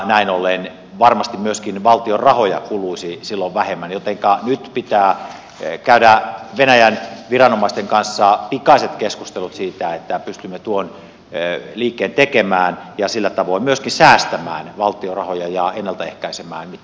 näin ollen varmasti myöskin valtion rahoja kuluisi silloin vähemmän jotenka nyt pitää käydä venäjän viranomaisten kanssa pikaiset keskustelut siitä että pystymme tuon liikkeen tekemään ja sillä tavoin myöskin säästämään valtion rahoja ja ennaltaehkäisemään